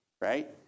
right